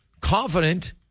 confident